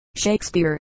Shakespeare